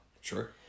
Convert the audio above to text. Sure